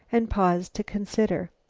and paused to consider.